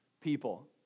people